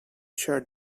shear